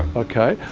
okay,